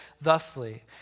thusly